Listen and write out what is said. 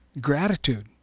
gratitude